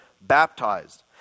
baptized